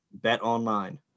BetOnline